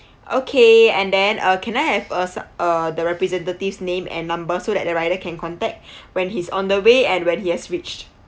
okay and then uh can I have uh s~ uh the representatives name and number so that the rider can contact when he's on the way and when he has reached